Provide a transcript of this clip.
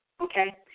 Okay